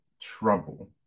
trouble